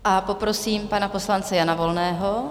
A poprosím pana poslance Jana Volného.